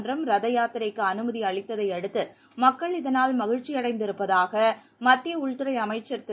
முன்னதாக உச்சநீதிமன்றம் ரத யாத்திரைக்கு அனுமதி அளித்ததையடுத்து மக்கள் இதனால் மகிழ்ச்சியடைந்திருப்பதாக மத்திய உள்துறை அமைச்சர் திரு